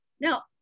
Now